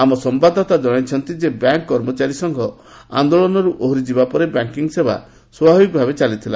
ଆମ ସମ୍ଭାଦଦାତା ଜଣାଇଛନ୍ତି ଯେ ବ୍ୟାଙ୍କ କର୍ମଚାରୀ ସଂଘ ଆନ୍ଦୋଳନରୁ ଓହରି ଆସିବା ପରେ ବ୍ୟାଙ୍କିଙ୍ଗ୍ ସେବା ସ୍ପଭାବିକ ଭାବେ ଚାଲିଥିଲା